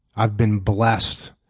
i've been blessed.